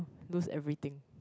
lose everything